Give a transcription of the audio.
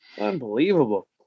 Unbelievable